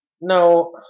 No